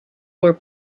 were